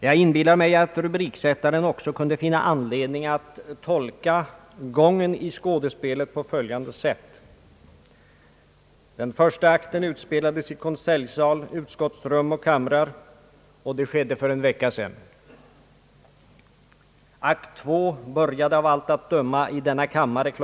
Jag inbillar mig att rubriksättaren också kunde finna anledning att tolka gången i skådespelet på följande sätt. Den första akten utspelades i konseljsal, utskottsrum och kamrar, och det skedde för en vecka sedan. Akt 2 började av allt att döma i denna kammare kl.